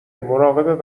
مراقب